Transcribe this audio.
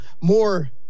more